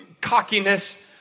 cockiness